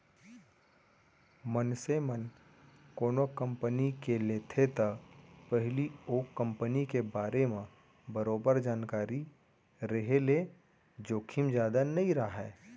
मनसे मन कोनो कंपनी के लेथे त पहिली ओ कंपनी के बारे म बरोबर जानकारी रेहे ले जोखिम जादा नइ राहय